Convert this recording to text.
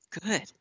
Good